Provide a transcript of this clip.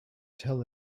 tel